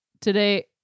today